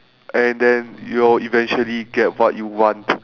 and then you will eventually get what you want